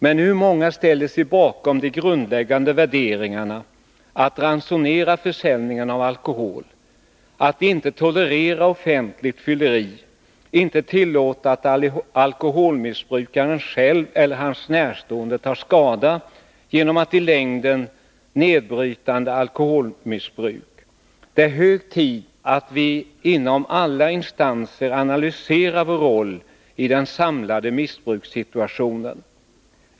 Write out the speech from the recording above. Men hur många ställer sig bakom de grundläggande värderingarna — att ransonera försäljningen av alkohol, att inte tolerera offentligt fylleri och inte tillåta att alkoholmissbrukaren själv eller hans närstående tar skada genom ett i längden nedbrytande alkoholmissbruk? Det är hög tid att vi inom alla instanser analyserar vår roll i den samlade missbrukssituationen.